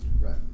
Right